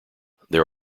there